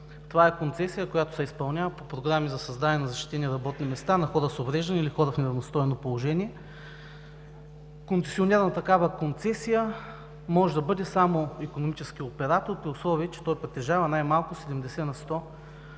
това е концесия, която се изпълнява по програми за създаване на защитени работни места на хора с увреждания или хора в неравностойно положение. Концесионерът на такава концесия може да бъде само икономически оператор, при условие че най-малко 70 на сто